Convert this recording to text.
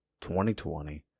2020